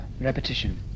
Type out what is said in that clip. repetition